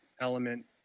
element